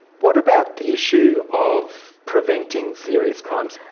what about the issue of preventing serious crimes,